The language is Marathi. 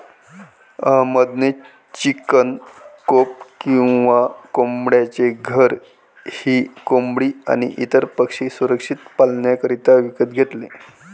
अहमद ने चिकन कोप किंवा कोंबड्यांचे घर ही कोंबडी आणी इतर पक्षी सुरक्षित पाल्ण्याकरिता विकत घेतले